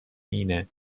اینه